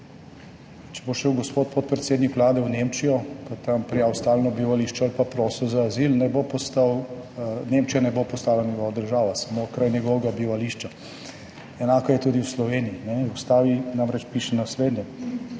Če bo šel gospod podpredsednik Vlade v Nemčijo pa tam prijavil stalno bivališče ali pa prosil za azil, Nemčija ne bo postala njegova država, samo kraj njegovega bivališča. Enako je tudi v Sloveniji. V ustavi namreč piše naslednje: